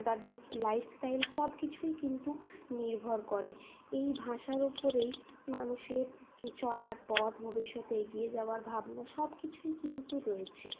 তাদের লাইফস্টাইল সবকিছুই কিন্তু নির্ভর করে এই ভাষার ওপরেই মানুষের চলার পথ ভবিষ্যতে এগিয়ে যাওয়ার ভাবনা সবকিছুই কিন্তু রয়েছে